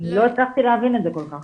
אני לא הצלחתי להבין את זה כל כך.